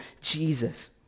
Jesus